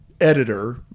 editor